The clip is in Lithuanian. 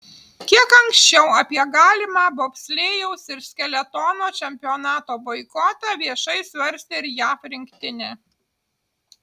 kiek anksčiau apie galimą bobslėjaus ir skeletono čempionato boikotą viešai svarstė ir jav rinktinė